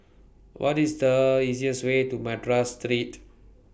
What IS The easiest Way to Madras Street